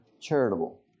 charitable